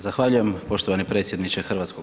Zahvaljujem poštovani predsjedniče HS.